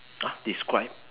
!huh! describe